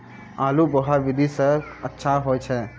आलु बोहा विधि सै अच्छा होय छै?